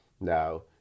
now